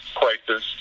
crisis